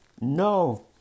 No